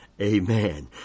Amen